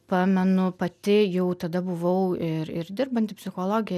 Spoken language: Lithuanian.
pamenu pati jau tada buvau ir ir dirbanti psichologė